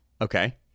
Okay